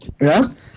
Yes